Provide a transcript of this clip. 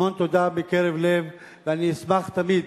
המון תודה מקרב לב, ואני אשמח תמיד